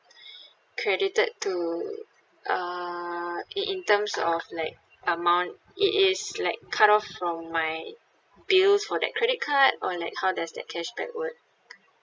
credited to err i~ in terms of like amount it is like cut off from my bills for that credit card or like how does that cashback work